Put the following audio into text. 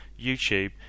YouTube